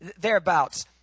thereabouts